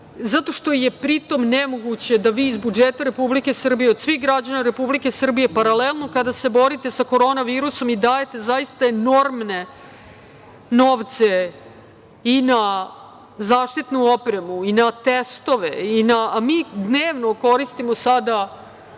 zato što je pri tom nemoguće da vi iz budžeta Republike Srbije od svih građana Republike Srbije paralelno kada se borite sa korona virusom i dajete zaista enormne novce i na zaštitnu opremu i na testove. Mi dnevno sada